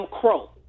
Crow